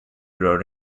wrote